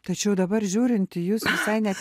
tačiau dabar žiūrint į jus visai net